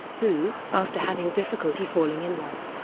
who, after having difficulty falling in love,